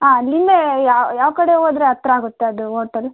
ಆಂ ಅಲ್ಲಿಂದೇ ಯಾವ ಯಾವ ಕಡೆ ಹೋದ್ರೆ ಹತ್ರ ಆಗುತ್ತೆ ಅದು ಓಟಲ್